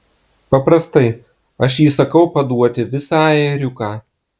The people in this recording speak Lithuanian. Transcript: paprastai aš įsakau paduoti visą ėriuką